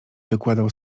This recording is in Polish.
wykładał